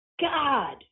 God